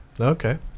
okay